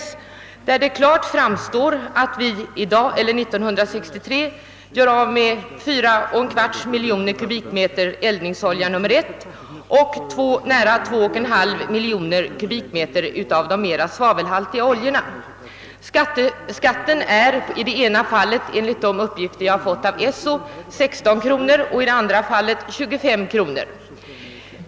Av dessa uppgifter framgår klart att vi 1963 gjorde av med 41 3 miljoner kbm av de mera svavelhaltiga oljorna. Skatten är i det ena fallet, enligt uppgifter som jag fått av Esso, 25 kr. och i andra fallet 16 kr. per kbm.